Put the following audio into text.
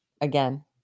again